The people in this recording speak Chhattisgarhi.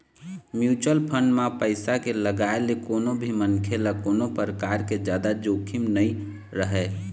म्युचुअल फंड म पइसा के लगाए ले कोनो भी मनखे ल कोनो परकार के जादा जोखिम नइ रहय